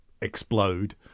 explode